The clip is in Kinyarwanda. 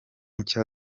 nshya